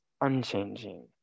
unchanging